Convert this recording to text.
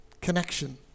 Connection